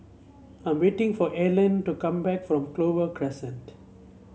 I'm waiting for Allene to come back from Clover Crescent